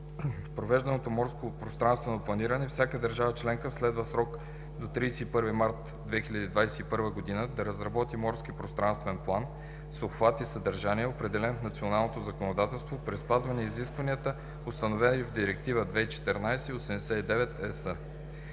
на провежданото морско пространствено планиране всяка държава членка следва в срок до 31 март 2021 г. да разработи морски пространствен план с обхват и съдържание, определен в националното законодателство, при спазване изискванията, установени в Директива 2014/89/ЕС.